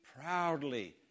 proudly